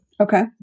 Okay